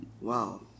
Wow